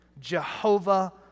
Jehovah